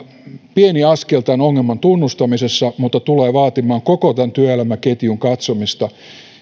pieni askel ongelman tunnustamisessa mutta tulee vaatimaan koko tämän työelämäketjun katsomista